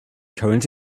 current